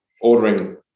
ordering